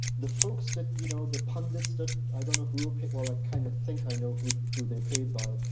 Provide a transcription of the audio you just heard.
the folks that you know, the pundits that i don't know who are picked while i kind of think i know who through they're paid by,